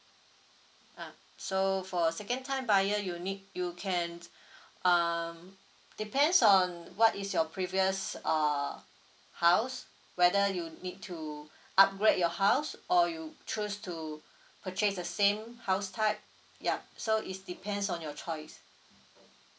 ah so for a second time buyer you need you can um depends on what is your previous err house whether you need to upgrade your house or you choose to purchase the same house type yup so it's depends on your choice